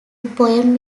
poem